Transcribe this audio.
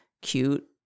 cute